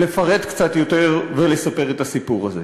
לפרט קצת יותר ולספר את הסיפור הזה.